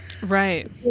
Right